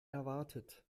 erwartet